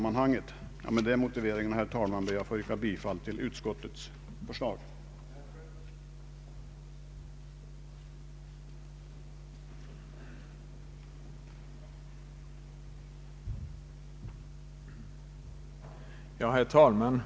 Med den motiveringen, herr talman, ber jag att få yrka bifall till utskottets förslag.